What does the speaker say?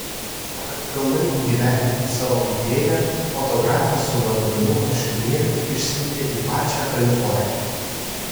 o kad pilnai įgyvendintų savo idėją fotografę su lagaminu marškinėlių išsiuntė į pačią kaliforniją